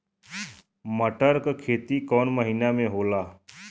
मटर क खेती कवन महिना मे होला?